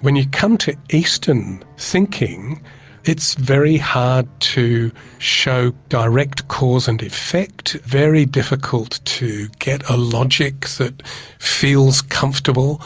when you come to eastern thinking it's very hard to show direct cause and effect, effect, very difficult to get a logic that feels comfortable